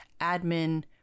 Admin